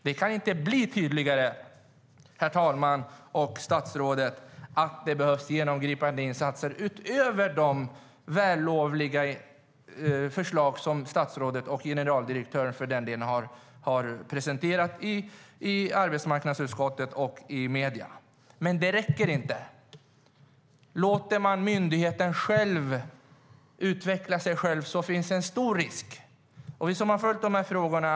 Det kan inte bli tydligare, herr talman och statsrådet, att det behövs genomgripande insatser utöver de vällovliga förslag som statsrådet och för den delen generaldirektören har presenterat i arbetsmarknadsutskottet och i medierna. Det räcker dock inte. Låter man myndigheten utveckla sig själv finns det en stor risk att man inte vågar ta tag i de tunga ärendena.